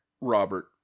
Robert